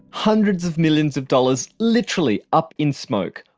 hundreds of millions of dollars literally up in smoke,